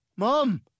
Mom